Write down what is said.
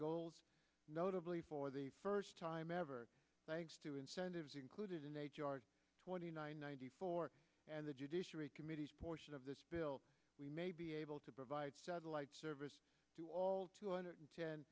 goals notably for the first time ever thanks to incentives included in h r twenty nine ninety four and the judiciary committee's portion of this bill we may be able to provide satellite service to all two hundred ten te